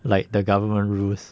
like the government rules